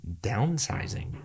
downsizing